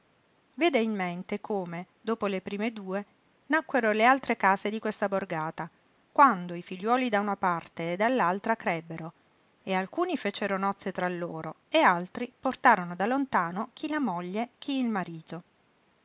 vede in mente come dopo le prime due nacquero le altre case di questa borgata quando i figliuoli da una parte e dall'altra crebbero e alcuni fecero nozze tra loro e altri portarono da lontano chi la moglie chi il marito